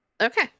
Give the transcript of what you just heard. Okay